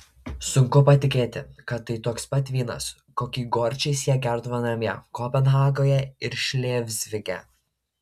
sunku patikėti kad tai toks pat vynas kokį gorčiais jie gerdavo namie kopenhagoje ir šlėzvige